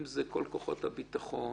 אם זה כוחות הביטחון,